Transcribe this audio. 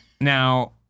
Now